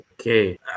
Okay